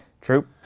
True